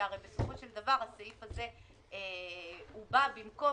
שהרי בסופו של דבר הסעיף הזה בא במקום